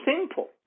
simple